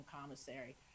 commissary